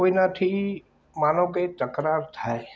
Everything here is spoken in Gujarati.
કોઈનાથી માનો કે તકરાર થાય